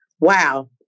Wow